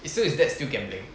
eh so is that still gambling